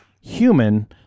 human